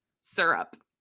syrup